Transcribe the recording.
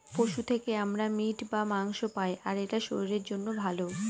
পশু থেকে আমরা মিট বা মাংস পায়, আর এটা শরীরের জন্য ভালো